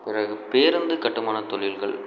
பிறகு பேருந்து கட்டுமான தொழில்கள்